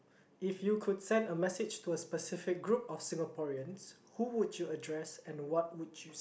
if you could send a message to a specific group of Singaporeans who would you address and what would you